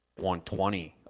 120